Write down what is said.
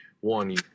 one